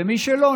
ומי שלא,